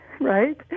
Right